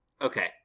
okay